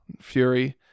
fury